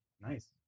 Nice